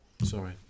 Sorry